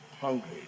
hungry